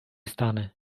stany